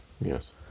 Yes